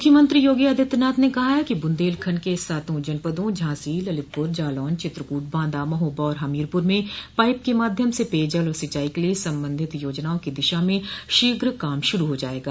मुख्यमंत्री योगी आदित्यनाथ ने कहा है कि बुंदेलखंड के सातों जनपदों झांसी ललितपुर जालौन चित्रकूट बांदा महोबा और हमीरपुर में पाईप के माध्यम से पेयजल और सिंचाई के लिए संबंधित योजनाओं की दिशा में शीघ्र काम शुरू हो जायेगा